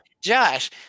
Josh